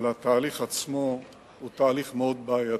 אבל התהליך עצמו הוא תהליך מאוד בעייתי,